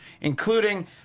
including